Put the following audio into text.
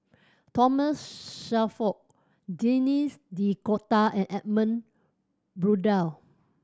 Thomas Shelford Denis D'Cotta and Edmund Blundell